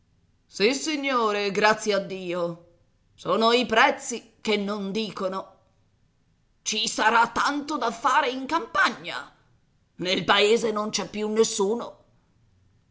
fortunato sissignore grazie a dio sono i prezzi che non dicono ci sarà tanto da fare in campagna nel paese non c'è più nessuno